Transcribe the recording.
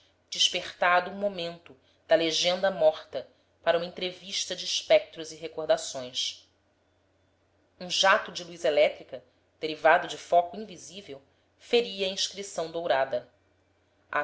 despertado um momento da legenda morta para uma entrevista de espectros e recordações um jacto de luz elétrica derivado de foco invisível feria a inscrição dourada